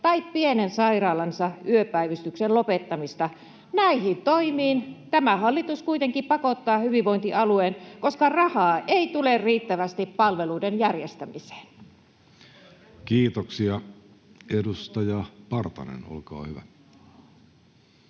tai pienen sairaalansa yöpäivystyksen lopettamista. Näihin toimiin tämä hallitus kuitenkin pakottaa hyvinvointialueen, koska rahaa ei tule riittävästi palveluiden järjestämiseen. Kiitoksia. — Edustaja Partanen, olkaa hyvä.